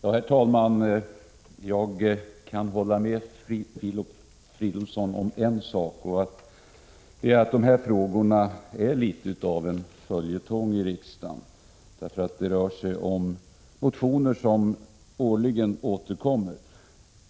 Herr talman! Jag kan hålla med Filip Fridolfsson om en sak, nämligen att dessa frågor är litet av en följetong i riksdagen. Det rör sig om motioner som årligen återkommer.